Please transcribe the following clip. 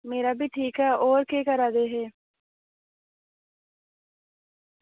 मेरा बी ठीक ऐ होर केह् करा दे हे